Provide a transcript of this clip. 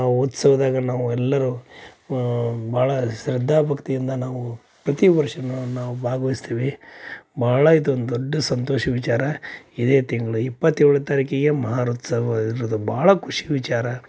ಉತ್ಸವದಾಗ ನಾವೆಲ್ಲರೂ ಭಾಳ ಶ್ರದ್ಧಾ ಭಕ್ತಿಯಿಂದ ನಾವು ಪ್ರತಿವರ್ಷವೂ ನಾವು ಭಾಗವಹ್ಸ್ತೀವಿ ಭಾಳ ಇದೊಂದು ದೊಡ್ಡ ಸಂತೋಷ ವಿಚಾರ ಇದೇ ತಿಂಗಳು ಇಪ್ಪತ್ತೇಳನೇ ತಾರೀಕಿಗೆ ಮಹಾರಥೋತ್ಸವ ಇರುವುದು ಭಾಳ ಖುಷಿ ವಿಚಾರ